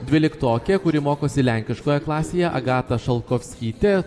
dvyliktokė kuri mokosi lenkiškoje klasėje agata šalkovskytė